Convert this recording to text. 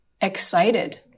excited